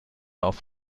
auf